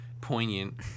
poignant